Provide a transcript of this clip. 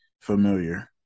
familiar